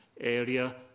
area